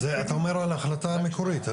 אתה מדבר על ההחלטה המקורית.